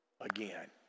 again